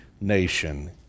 nation